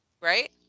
right